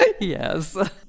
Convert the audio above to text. yes